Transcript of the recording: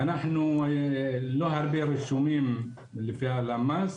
אנחנו לא הרבה רשומים לפי הלמ"ס,